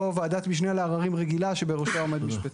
ועדת משנה לעררים רגילה שבראשה עומד משפטן.